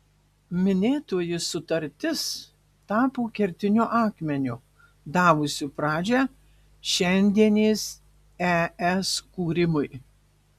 minėtoji sutartis tapo kertiniu akmeniu davusiu pradžią šiandienės es kūrimui